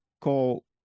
call